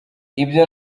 ibyo